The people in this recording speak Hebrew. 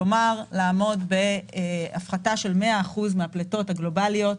כלומר לעמוד בהפחתה של 100% מן הפליטות הגלובליות.